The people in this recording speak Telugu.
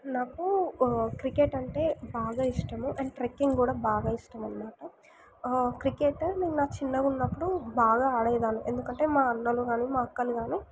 నాకు క్రికెట్ అంటే బాగా ఇష్టము అండ్ ట్రెక్కింగ్ కూడా బాగా ఇష్టం అన్నమాట క్రికెట్ నేను నా చిన్నగా ఉన్నప్పుడు బాగా ఆడేదాన్ని ఎందుకంటే మా అన్నలు కానీ మా అక్కలు కానీ